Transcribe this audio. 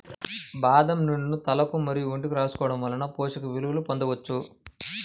బాదం నూనెను తలకు మరియు ఒంటికి రాసుకోవడం వలన పోషక విలువలను పొందవచ్చు